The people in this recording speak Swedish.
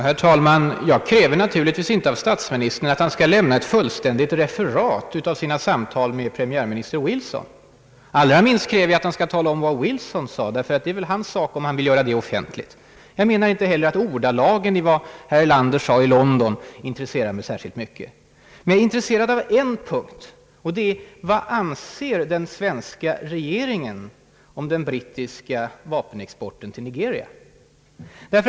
Herr talman! Jag kräver naturligtvis inte av statsministern att han skall lämna ett fullständigt referat av sina samtal med premiärminister Wilson. Allra minst behöver han tala om vad Wilson sade, ty det är väl hans sak att om han vill, göra det offentligt. Jag menar inte heller att ordalagen i vad herr Erlander sade i London intresserar mig särskilt mycket. Men jag är intresserad av en punkt, och den är: Vad anser den svenska regeringen om den brittiska vapenexporten till Nigeria?